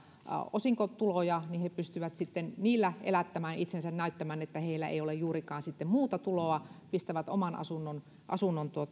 osinkotuloja he pystyvät sitten niillä elättämään itsensä ja näyttämään että heillä ei ole juurikaan muuta tuloa ja he pistävät oman asunnon asunnon